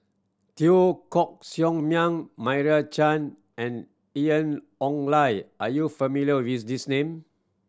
Teo Koh Sock Miang Meira Chand and Ian Ong Li are you not familiar with these names